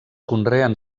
conreen